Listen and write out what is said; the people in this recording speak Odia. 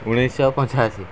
ଉଣେଇଶ ପଞ୍ଚାଅଶୀ